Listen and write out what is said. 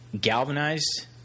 galvanized